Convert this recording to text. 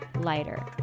lighter